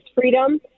freedom